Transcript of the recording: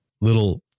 little